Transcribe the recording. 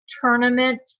tournament